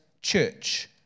church